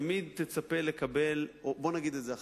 תמיד תצפה לקבל, בוא נגיד את זה אחרת: